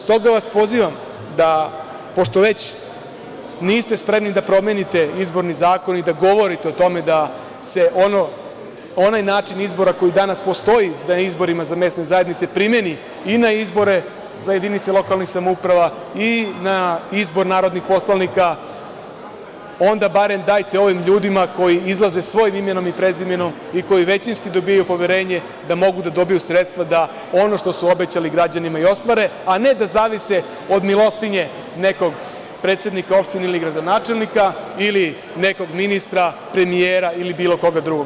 S toga vas pozivam da, pošto već niste spremni da promenite izborni zakona i da govorite o tome da se onaj način izbora koji danas postoji na izborima za mesne zajednice primeni i na izbore za jedinice lokalnih samouprava i na izbor narodnih poslanika, onda barem dajte ovim ljudima koji izlaze svojim imenom i prezimenom i koji većinski dobijaju poverenje, da mogu da dobiju sredstva da ono što su obećali građanima i ostvare, a ne zavise od milostinje nekog predsednika opštine ili gradonačelnika ili nekog ministra, premijera ili bilo koga drugog.